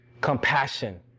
compassion